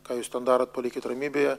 ką jūs ten darot palikit ramybėje